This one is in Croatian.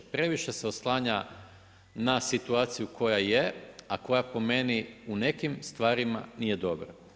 Previše se oslanja na situaciju koja je, a koja po meni u nekim stvarima nije dobra.